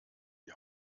die